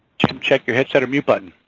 check your headset or mute button.